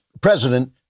president